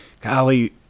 golly